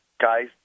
guys